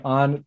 on